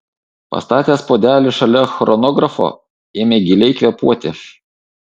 pastatęs puodelį šalia chronografo ėmė giliai kvėpuoti